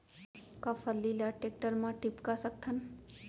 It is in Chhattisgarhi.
का फल्ली ल टेकटर म टिपका सकथन?